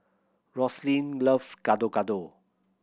Rosalyn loves Gado Gado